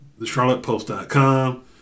thecharlottepost.com